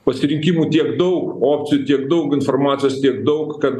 pasirinkimų tiek daug opcijų tiek daug informacijos tiek daug kad